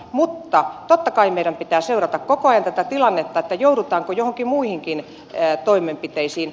mutta totta kai meidän pitää seurata koko ajan tätä tilannetta joudutaanko joihinkin muihinkin toimenpiteisiin